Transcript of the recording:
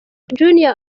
junior